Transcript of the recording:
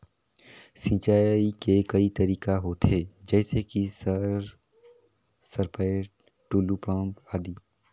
सिंचाई के कई तरीका होथे? जैसे कि सर सरपैट, टुलु पंप, आदि?